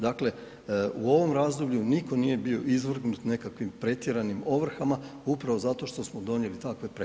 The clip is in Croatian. Dakle, u ovom razdoblju nitko nije bio izvrgnut nekakvim pretjeranim ovrhama upravo zato što smo donijeli takve preporuke.